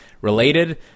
related